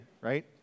right